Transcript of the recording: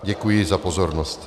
Děkuji za pozornost.